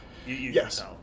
Yes